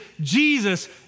Jesus